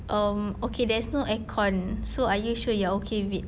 um okay there's no aircon so are you sure you're okay with it